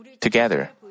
together